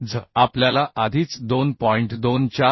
z आपल्याला आधीच 2